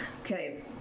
Okay